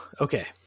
Okay